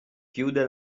chiude